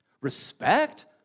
respect